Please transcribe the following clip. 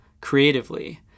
creatively